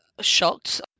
shocked